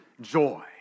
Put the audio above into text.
joy